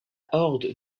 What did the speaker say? horde